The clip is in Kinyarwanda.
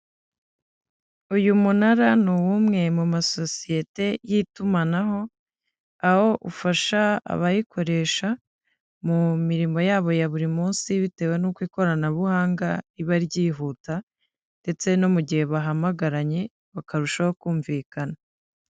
Uyu munara ni uw'umwe mu masosiyete y'itumanaho aho ufasha abayikoresha mu mirimo yabo ya buri munsi bitewe n'uko ikoranabuhanga riba ryihuta ndetse no mu gihe bahamagaranye bakarushaho kumvikana.